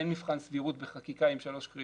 אין מבחן סבירות בחקיקה עם שלוש קריאות.